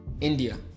India